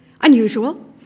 unusual